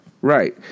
Right